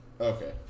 Okay